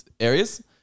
areas